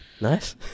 Nice